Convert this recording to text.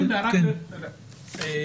פרופסור,